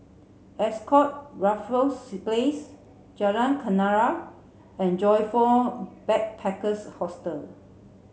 Ascott Raffles Place Jalan Kenarah and Joyfor Backpackers' Hostel